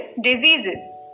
diseases